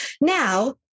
Now